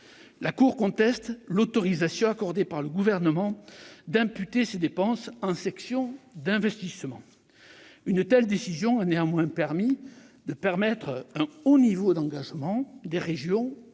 La Cour conteste l'autorisation accordée par le Gouvernement d'imputer ces dépenses en section d'investissement. Une telle décision a néanmoins permis de permettre un haut niveau d'engagement des régions aux côtés